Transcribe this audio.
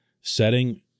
setting